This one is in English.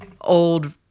old